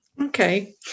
Okay